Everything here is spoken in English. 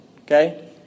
Okay